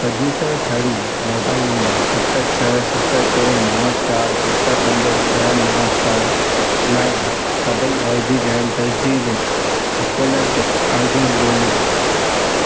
register थियलु mobile number सत छह सत टे नव चार सत पंज छह नव चार लाइ सभेई अर्ज़ी कयलु तजदीदु स्कोलरशिप अर्ज़ियूं ॻोल्हियो